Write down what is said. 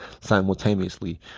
simultaneously